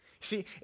See